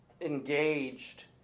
engaged